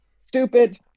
stupid